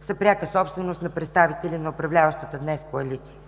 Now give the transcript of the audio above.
са пряка собственост на представители на управляващата днес коалиция,